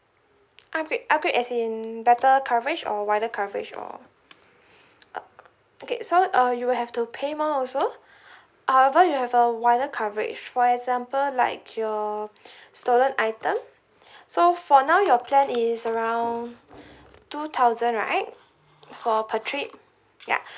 upgrade upgrade as in better coverage or wider coverage or uh okay so uh you will have to pay more also however you have a wider coverage for example like your stolen item so for now your plan is around two thousand right for per trip ya